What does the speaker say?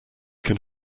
can